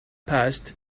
passed